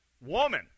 Woman